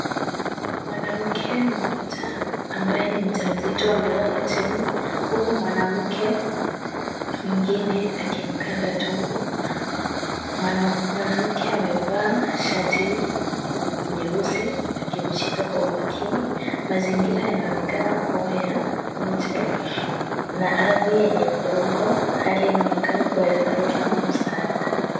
Mwanamke mmoja ambaye ni mjamzito amelala chini huku mwanamke mwingine akimkanda tumbo. Mwanamke amevaa shati nyeusi akimshika kwa umakini, mazingira yanaonekana kuwa ya nje na ardhi yenye udongo. Hali inaonekana kuwa ya dharura au msaada.